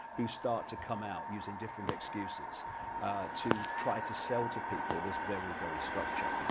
who start to come out using different excuses to try to sell to people, this very very structure,